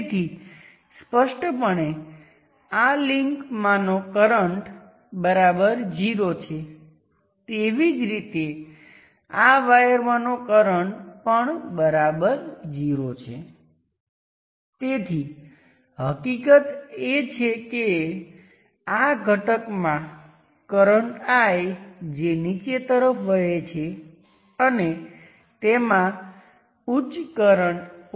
તેથી સ્પષ્ટપણે IL2 એ VL ને RN દ્વારા વિભાજીત કરવામાં આવે છે અને ટોટલ માટે જે ગણતરી કરી હતી થેવેનિન ઇક્વિવેલન્ટ માં પણ રેઝિસ્ટન્સ Rth હતો તે બરાબર એ જ વસ્તુ હતી